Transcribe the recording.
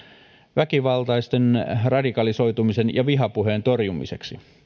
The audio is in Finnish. väkivaltaisen radikalisoitumisen ja vihapuheen torjumiseksi